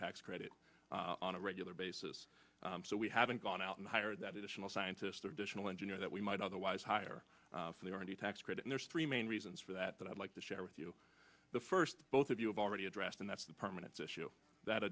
tax credit on a regular basis so we haven't gone out and hired that additional scientist additional engineer that we might otherwise hire for the already tax credit there's three main reasons for that that i'd like to share with you the first both of you have already addressed and that's the permanence issue that